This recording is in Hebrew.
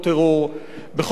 בכל הדברים האלה,